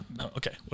Okay